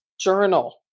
journal